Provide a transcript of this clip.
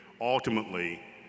ultimately